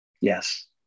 Yes